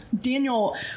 Daniel